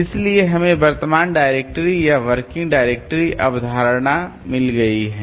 इसलिए हमें वर्तमान डायरेक्टरी या वर्किंग डायरेक्टरी अवधारणा मिल गई है